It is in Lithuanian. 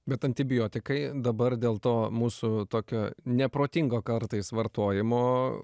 bet antibiotikai dabar dėl to mūsų tokio neprotingo kartais vartojimo